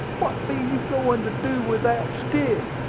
what be you go'n' to do with that stick?